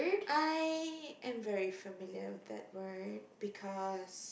I am very familiar with that word because